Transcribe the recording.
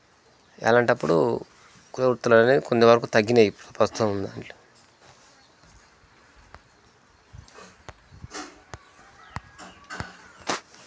అలాంటప్పుడు కులవృత్తులనేది కొన్ని వరకు తగ్గినాయి ఇప్పుడు ప్రస్తుతం దాంట్లో